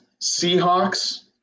Seahawks